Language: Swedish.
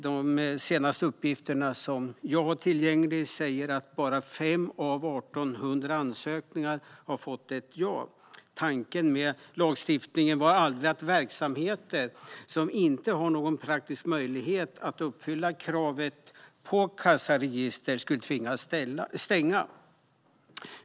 De senaste uppgifterna jag har säger att bara 5 av 1 800 ansökningar har fått ett ja. Tanken med lagstiftningen var aldrig att verksamheter som inte har någon praktisk möjlighet att uppfylla kravet på kassaregister skulle tvingas stänga.